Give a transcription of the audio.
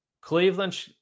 Cleveland